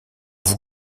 vous